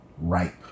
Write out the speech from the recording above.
ripe